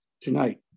tonight